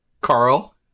Carl